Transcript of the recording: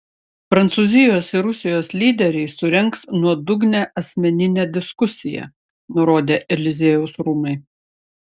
prancūzijos ir rusijos lyderiai surengs nuodugnią asmeninę diskusiją nurodė eliziejaus rūmai